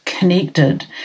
connected